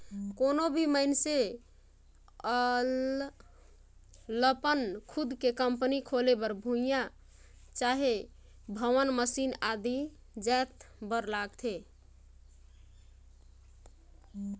कोनो भी मइनसे लअपन खुदे के कंपनी खोले बर भुंइयां चहे भवन, मसीन आदि जाएत बर लागथे